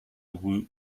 woot